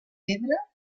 pedra